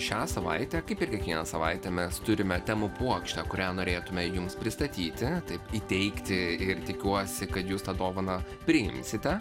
šią savaitę kaip ir kiekvieną savaitę mes turime temų puokštę kurią norėtume jums pristatyti taip įteikti ir tikiuosi kad jūs tą dovaną priimsite